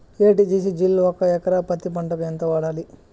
ఎ.టి.జి.సి జిల్ ఒక ఎకరా పత్తి పంటకు ఎంత వాడాలి?